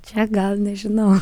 čia gal nežinau